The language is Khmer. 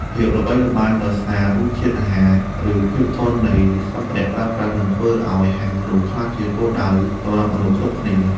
ភាពល្បីល្បាញដោយសាររសជាតិអាហារ ឬភាពធន់នៃសម្ភារៈប្រើប្រាស់នឹងធ្វើឱ្យហាងនោះក្លាយជាគោលដៅសម្រាប់មនុស្សគ្រប់គ្នា។